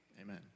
Amen